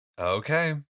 okay